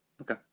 Okay